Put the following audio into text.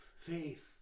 faith